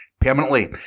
permanently